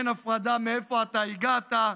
אין הפרדה מאיפה אתה הגעת,